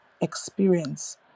experience